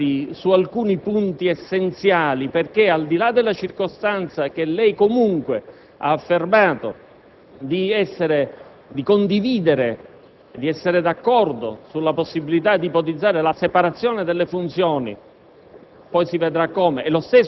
Ci siamo però fermati su alcuni punti essenziali. Al di là, infatti, della circostanza che lei comunque ha affermato di condividere, ovvero della possibilità di ipotizzare la separazione delle funzioni